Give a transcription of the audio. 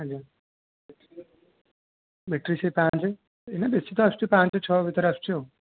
ଆଜ୍ଞା ବେଟ୍ରି ସେଇ ପାଞ୍ଚେ ଏଇନା ବେଶୀ ତ ଆସୁଛି ପାଞ୍ଚେ ଛଅ ଭିତରେ ଆସୁଛି ଆଉ